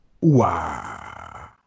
Wow